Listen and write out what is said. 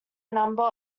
number